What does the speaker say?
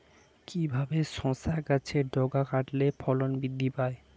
কিভাবে শসা গাছের ডগা কাটলে ফলন বৃদ্ধি পায়?